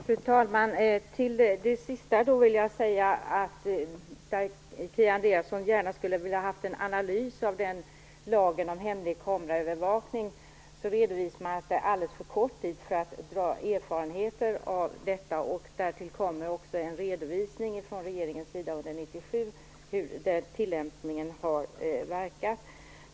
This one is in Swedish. Fru talman! Kia Andreasson skulle gärna vilja ha en analys av lagen om hemlig kameraövervakning. Men man redovisar alltså att det är alldeles för kort tid för att dra erfarenheter av detta. Därtill kommer också en redovisning från regeringens sida under 1997 av hur tillämpningen har verkat.